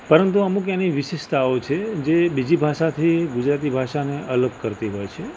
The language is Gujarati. પરંતુ અમુક એની વિશેષતાઓ છે જે બીજી ભાષાથી ગુજરાતી ભાષાને અલગ કરતી હોય છે